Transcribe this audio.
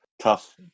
tough